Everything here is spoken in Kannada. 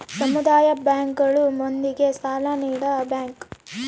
ಸಮುದಾಯ ಬ್ಯಾಂಕ್ ಗಳು ಮಂದಿಗೆ ಸಾಲ ನೀಡ ಬ್ಯಾಂಕ್